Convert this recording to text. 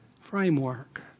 framework